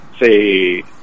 say